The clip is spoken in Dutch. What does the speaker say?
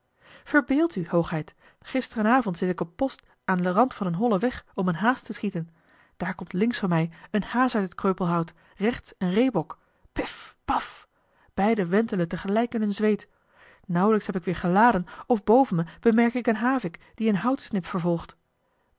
verbeeld u hoogheid gisteren avond zit ik op post aan den rand van een hollen weg om een haas te schieten daar komt links van mij een haas uit het kreupelhout rechts een reebok pif paf beide wentelen tegelijk in hun zweet nauwelijks heb ik weer geladen of boven me bemerk ik een havik die eene houtsnip vervolgt